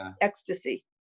ecstasy